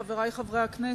חברי חברי הכנסת,